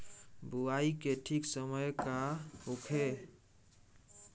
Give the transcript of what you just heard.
बुआई के ठीक समय का होखे?